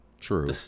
True